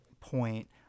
point